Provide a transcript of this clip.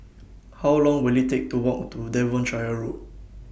How Long Will IT Take to Walk to Devonshire Road